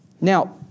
Now